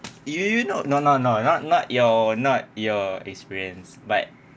do you not no no no not not your not your experience but